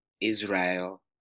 Israel